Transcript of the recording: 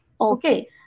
Okay